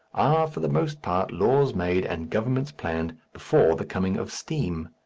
for the most part laws made and governments planned before the coming of steam.